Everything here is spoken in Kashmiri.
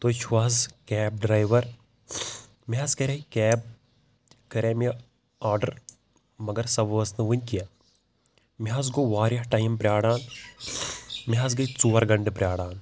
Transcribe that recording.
تُہۍ چھو حظ کیب ڈرٛایوَر مےٚ حظ کَرے کیب کَرے مےٚ آرڈَر مگر سۄ وٲژ نہٕ وُنہِ کینٛہہ مےٚ حظ گوٚو واریاہ ٹایم پرٛاران مےٚ حظ گٔیے ژور گَنٹہٕ پرٛاران